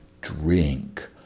drink